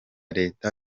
leta